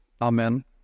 Amen